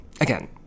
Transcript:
again